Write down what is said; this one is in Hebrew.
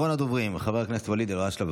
אחרון הדוברים, חבר הכנסת ואליד אלהואשלה.